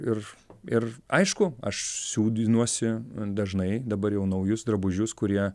ir ir aišku aš siūdinuosi dažnai dabar jau naujus drabužius kurie